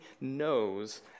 knows